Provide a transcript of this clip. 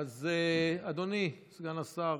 אדוני סגן השר,